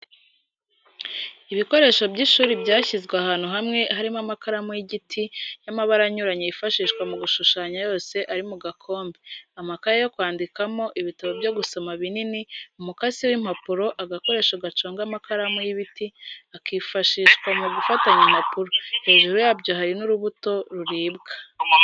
Ibikoresho by'ishuri byashyizwe ahantu hamwe harimo amakaramu y'igiti y'amabara anyuranye yifashishwa mu gushushanya yose ari mu gakombe, amakaye yo kwandikamo, ibitabo byo gusoma binini, umukasi w'impapuro, agakoresho gaconga amakaramu y'ibiti, akifashishwa mu gufatanya impapuro, hejuru yabyo hari n'urubuto ruribwa.